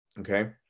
Okay